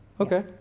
Okay